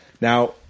Now